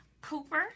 Cooper